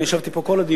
אני ישבתי פה כל הדיון,